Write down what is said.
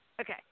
okay